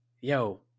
yo